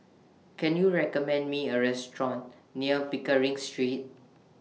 Can YOU recommend Me A Restaurant near Pickering Street